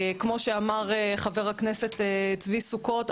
כמו שאמר חבר הכנסת צבי סוכות,